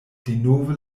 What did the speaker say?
denove